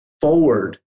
forward